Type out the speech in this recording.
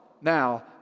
now